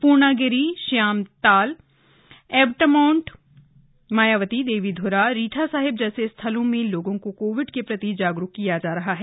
Purnagiri Shyamlatal Abbott Mount Mayawati Devidhura Reetha Sahib जैसे स्थलों में लोगों को कोविड के प्रति जागरूक किया जा रहा है